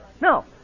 No